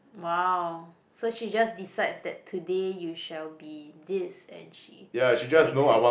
!wow! so she just decides that today you shall be this and she makes it